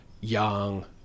young